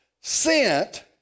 sent